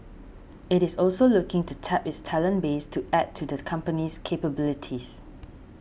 it is also looking to tap its talent base to add to the company's capabilities